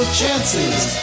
chances